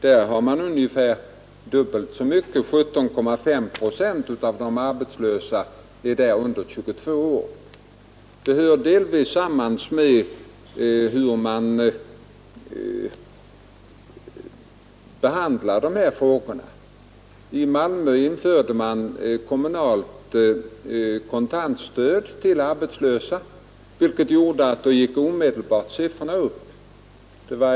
Där har man ungefär dubbelt så mycket; 17,5 procent av de arbetslösa är där under 22 år. Detta hör delvis samman med hur man behandlar arbetslöshetsproblemet. I Malmö infördes kommunalt kontantstöd till de arbetslösa, vilket gjorde att siffrorna omedelbart ökade.